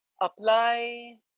apply